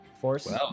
force